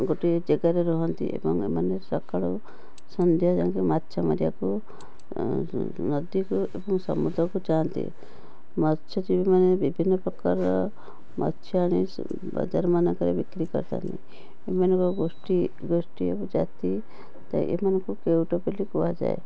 ଗୋଟିଏ ଜାଗାରେ ରହନ୍ତି ଏବଂ ଏମାନେ ସକାଳୁ ସନ୍ଧ୍ୟା ଯାକେ ମାଛ ମାରିବାକୁ ନଦୀକୁ ଏବଂ ସମୁଦ୍ରକୁ ଯାଆନ୍ତି ମତ୍ସ୍ୟଜୀବୀ ମାନେ ବିଭିନ୍ନପ୍ରକାରର ମତ୍ସ୍ୟ ଆଣି ବଜାର ମାନଙ୍କରେ ବିକ୍ରି କରିଥାନ୍ତି ଏମାନଙ୍କ ଗୋଷ୍ଠୀ ଗୋଷ୍ଠୀ ଏବଂ ଜାତି ଥାଏ ଏମାନଙ୍କୁ କେଉଟ ବୋଲି କୁହାଯାଏ